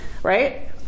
right